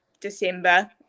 December